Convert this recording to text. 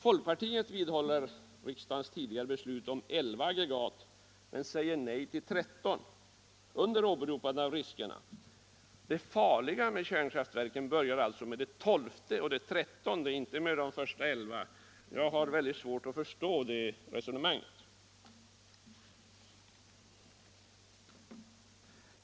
Folkpartiet vidhåller riksdagens tidigare beslut om elva aggregat men säger nej till tretton under åberopande av bl.a. riskerna. Det farliga med kärnkraften uppstår således enligt folkpartiets bedömning vid det tolfte och trettonde aggregatet, inte de första elva. Jag har väldigt svårt att förstå detta resonemang.